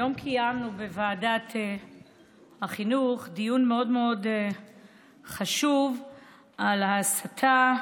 היום קיימנו בוועדת החינוך דיון מאוד מאוד חשוב על ההסתה,